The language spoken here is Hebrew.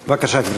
בבקשה, גברתי.